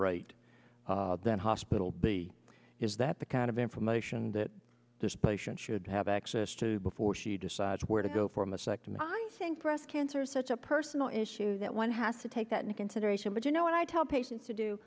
rate than hospital b is that the kind of information that this patient should have access to before she decides where to go from a sect and i think breast cancer such a personal issue that one has to take that into consideration but you know what i tell patients to do